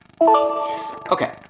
Okay